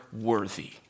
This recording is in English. worthy